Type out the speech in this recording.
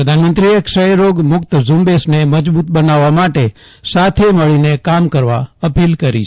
પ્રધાનમંત્રીએ ક્ષય રોગ મુક્ત ઝુંબેશને મજબૂત બનાવવા સાથે મળીને કામ કરવા અપીલ કરી છે